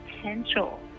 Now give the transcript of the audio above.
potential